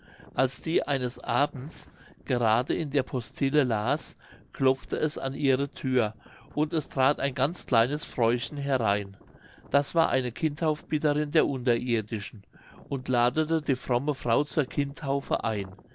als die eines abends gerade in der postille las klopfte es an ihre thür und es trat ein ganz kleines fräuchen herein das war eine kindtaufbitterin der unterirdischen und ladete die fromme frau zur kindtaufe ein